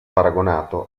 paragonato